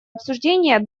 обсуждения